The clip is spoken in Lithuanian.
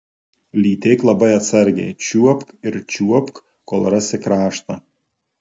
lytėk labai atsargiai čiuopk ir čiuopk kol rasi kraštą